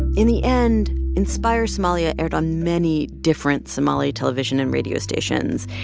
in the end, inspire somalia aired on many different somali television and radio stations.